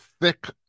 thick